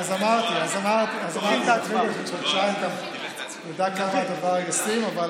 אז אמרתי שאני לא יודע עד כמה הדבר ישים,